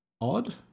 odd